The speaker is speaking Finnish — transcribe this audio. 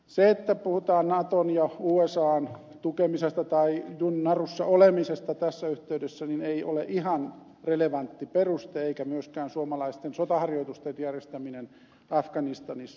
se että puhutaan naton ja usan tukemisesta tai narussa olemisesta tässä yhteydessä ei ole ihan relevantti peruste eikä myöskään suomalaisten sotaharjoitusten järjestäminen afganistanissa